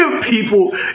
people